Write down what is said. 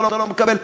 אתה לא מקבל,